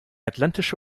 atlantische